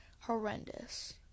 horrendous